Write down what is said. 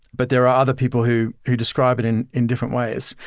but there are other people who who describe it in in different ways.